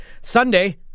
Sunday